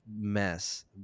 mess